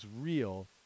real